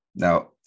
Now